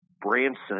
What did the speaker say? Branson